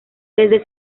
desde